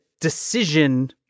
decision